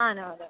ആ നോവലുകള്